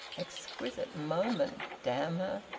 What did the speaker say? exquisite moment! damn her!